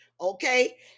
Okay